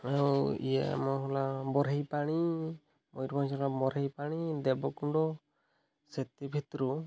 ଆଉ ଇଏ ଆମ ହେଲା ବରହେଇ ପାଣି ମୟୂରଭଞ୍ଜର ହେଲା ବରହେଇ ପାଣି ଦେବକୁଣ୍ଡ ସେଥି ଭିତରୁ